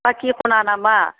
बाखि एख' नाङा नामा